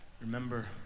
remember